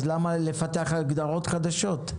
אז למה לפתח הגדרות חדשות?